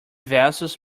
vessels